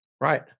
Right